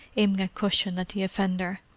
aiming a cushion at the offender.